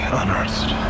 unearthed